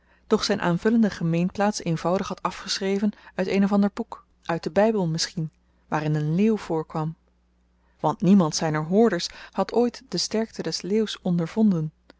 doch zyn aanvullende gemeenplaats eenvoudig had afgeschreven uit een of ander boek uit den bybel misschien waarin een leeuw voorkwam want niemand zyner hoorders had ooit de sterkte des leeuws ondervonden